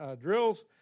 Drills